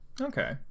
Okay